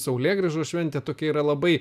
saulėgrįžos šventė tokia yra labai